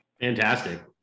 Fantastic